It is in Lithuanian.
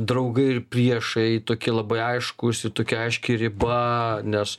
draugai ir priešai tokie labai aiškūs ir tokia aiški riba nes